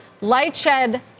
Lightshed